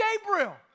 Gabriel